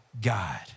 God